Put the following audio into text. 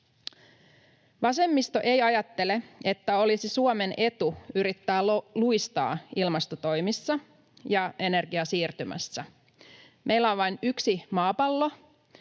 Vasemmisto ei ajattele, että olisi Suomen etu yrittää luistaa ilmastotoimissa ja energiasiirtymässä. Meillä on vain yksi maapallo,